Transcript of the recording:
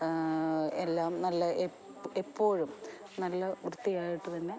എല്ലാം നല്ല എപ്പോഴും നല്ല വൃത്തിയായിട്ട് തന്നെ